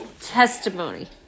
testimony